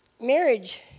Marriage